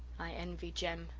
i envy jem!